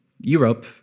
Europe